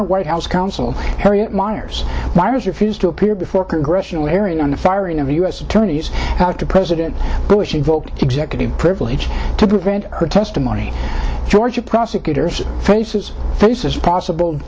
former white house counsel harriet miers miers refused to appear before congressional hearing on the firing of u s attorneys after president bush invoked executive privilege to prevent her testimony georgia prosecutors faces faces possible